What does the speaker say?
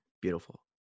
Beautiful